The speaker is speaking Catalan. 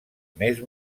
més